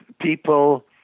people